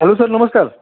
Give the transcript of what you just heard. hello sir नमस्कार